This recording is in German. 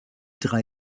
drei